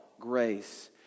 grace